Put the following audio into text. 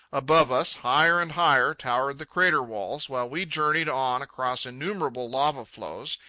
above us, higher and higher, towered the crater-walls, while we journeyed on across innumerable lava-flows,